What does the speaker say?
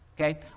Okay